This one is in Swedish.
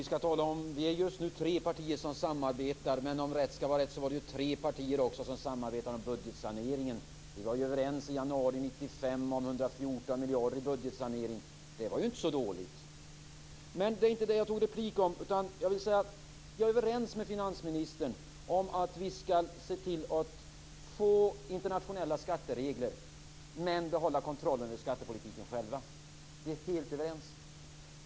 Fru talman! Vi är just nu tre partier som samarbetar, men om rätt skall vara rätt så var det också tre partier som samarbetade om budgetsaneringen. Vi var överens i januari 1995 om 114 miljarder i budgetsanering. Det var inte så dåligt. Men det var inte skälet till att jag begärde replik. Jag är överens med finansministern om att vi skall se till att få internationella skatteregler, men behålla kontrollen över skattepolitiken själva. Vi är helt överens.